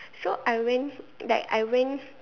so I went like I went